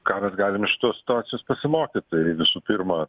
ką mes galim iš šitos situacijos pasimokyti visų pirma